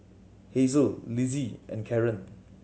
Hasel Lizzie and Karen